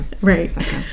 right